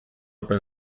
open